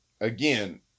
again